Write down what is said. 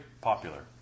popular